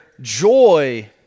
joy